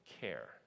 care